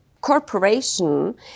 corporation